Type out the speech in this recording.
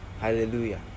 Hallelujah